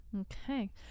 Okay